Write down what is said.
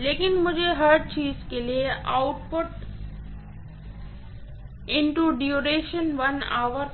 लेकिन मुझे हर चीज के लिए